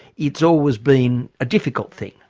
it's always been a difficult thing.